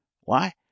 Why